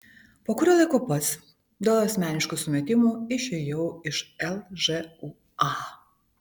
po kurio laiko pats dėl asmeniškų sumetimų išėjau iš lžūa